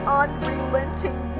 unrelenting